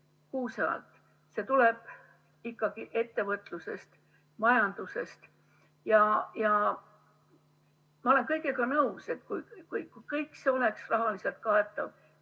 kuuse alt. See tuleb ikkagi ettevõtlusest, majandusest. Ma olen nõus, et kui kõik see oleks rahaliselt kaetav,